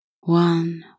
one